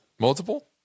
multiple